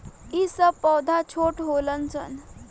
ई सब पौधा छोट होलन सन